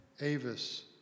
Avis